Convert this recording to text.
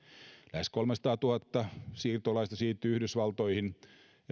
lähes kolmesataatuhatta siirtolaista siirtyi yhdysvaltoihin